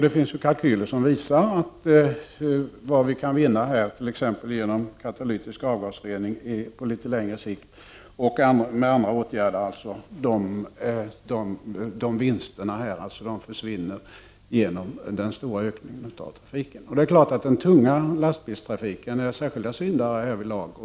Det finns kalkyler som visar att vad vi kan vinna genom katalytisk avgasrening och med andra åtgärder på litet längre sikt försvinner genom den stora ökningen av trafiken. Härvidlag är det särskilt den tunga lastbilstrafiken som syndar.